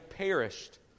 Perished